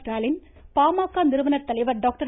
ஸ்டாலின் பாமக நிறுவனர் தலைவர் டாக்டர்